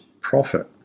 profit